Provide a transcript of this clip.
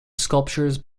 sculptures